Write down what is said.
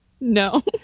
No